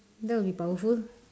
that will be powerful